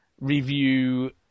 review